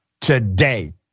today